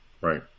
Right